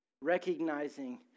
Recognizing